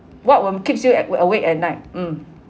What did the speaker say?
what will keeps you at uh awake at night mm